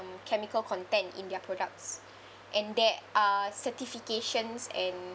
chemical content in their products and there are certifications and